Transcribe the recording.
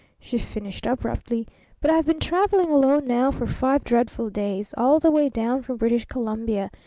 she finished abruptly but i've been traveling alone now for five dreadful days, all the way down from british columbia,